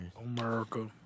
America